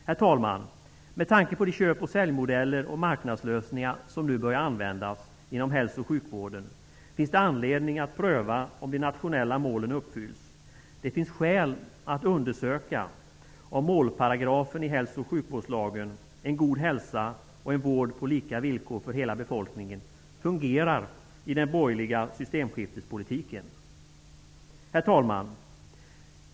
Herr talman! Med tanke på de köp-ochsäljmodeller och marknadslösningar som nu börjat användas inom hälsooch sjukvården, finns det anledning att pröva om de nationella målen uppfylls. Det finns skäl att undersöka om målparagrafen i hälso och sjukvårdslagen, ''en god hälsa och en vård på lika villkor för hela befolkningen'', fungerar i den borgerliga systemskiftespolitiken. Herr talman!